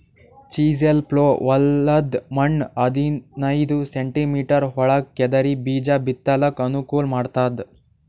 chisel plough ಹೊಲದ್ದ್ ಮಣ್ಣ್ ಹದನೈದ್ ಸೆಂಟಿಮೀಟರ್ ಒಳಗ್ ಕೆದರಿ ಬೀಜಾ ಬಿತ್ತಲಕ್ ಅನುಕೂಲ್ ಮಾಡ್ತದ್